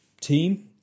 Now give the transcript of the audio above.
team